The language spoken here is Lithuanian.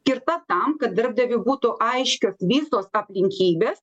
skirta tam kad darbdaviui būtų aiškios visos aplinkybės